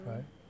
Right